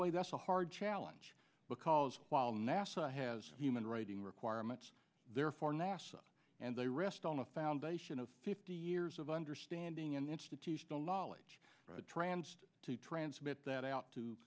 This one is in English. way that's a hard challenge because while nasa has human writing requirements there for nasa and they rest on a foundation of fifty years of understanding and institutional knowledge transfer to transmit that out to